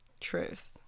Truth